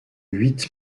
huit